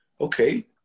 okay